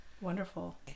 Wonderful